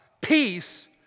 Peace